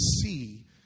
see